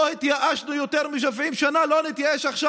לא התייאשנו יותר מ-70 שנה, לא נתייאש עכשיו.